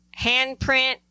handprint